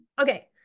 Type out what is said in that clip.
Okay